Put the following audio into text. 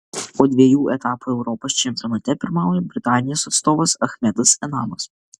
po dviejų etapų europos čempionate pirmauja britanijos atstovas achmedas enamas